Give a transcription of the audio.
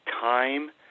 time